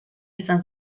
izan